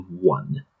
one